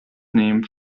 name